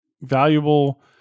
valuable